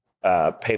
Paper